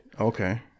Okay